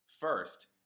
First